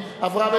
התשע"א 2011,